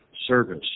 Service